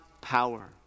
power